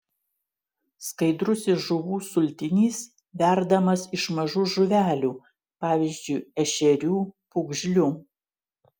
skaidrusis žuvų sultinys verdamas iš mažų žuvelių pavyzdžiui ešerių pūgžlių